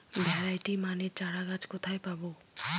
Variety মানের চারাগাছ কোথায় পাবো?